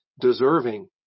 deserving